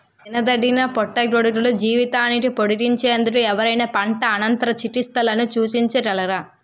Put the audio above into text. తినదగిన పుట్టగొడుగుల జీవితాన్ని పొడిగించేందుకు ఎవరైనా పంట అనంతర చికిత్సలను సూచించగలరా?